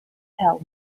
tell